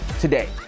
today